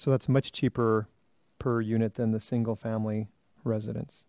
that's much cheaper per unit than the single family residence